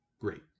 great